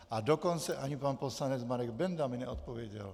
A dokonce ani pan poslanec Marek Benda mi neodpověděl.